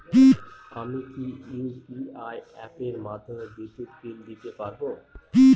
আমি কি ইউ.পি.আই অ্যাপের মাধ্যমে বিদ্যুৎ বিল দিতে পারবো কি?